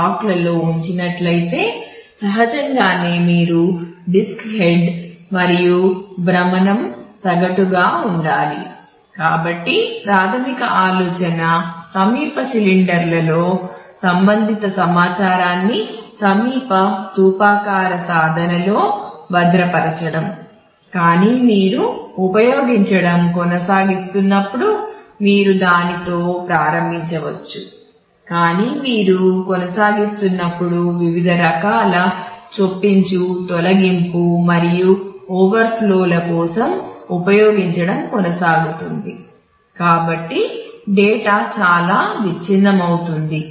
black యాక్సెస్లో విస్తరించి ఉంటుంది